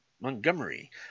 Montgomery